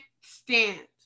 stand